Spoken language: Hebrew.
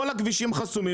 כל הכבישים חסומים,